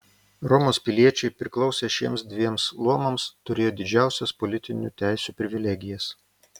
romos piliečiai priklausę šiems dviem luomams turėjo didžiausias politiniu teisių privilegijas